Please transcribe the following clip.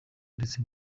ndetse